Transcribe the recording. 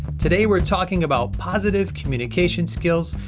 today we're talking about positive communication skills.